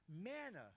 manna